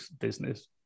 business